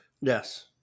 Yes